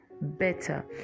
better